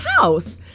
house